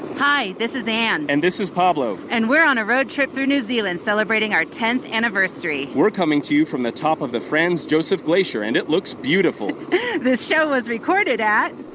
hi. this is anne and this is pablo and we're on a road trip through new zealand celebrating our tenth anniversary we're coming to you from the top of the franz josef glacier, and it looks beautiful this show was recorded at.